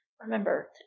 Remember